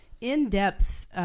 in-depth